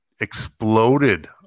exploded